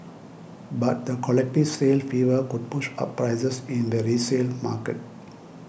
but the collective sale fever could push up prices in the resale market